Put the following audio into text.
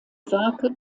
werke